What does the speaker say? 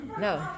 No